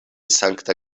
sankta